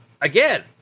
again